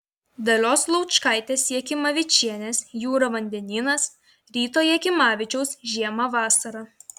dalios laučkaitės jakimavičienės jūra vandenynas ryto jakimavičiaus žiemą vasarą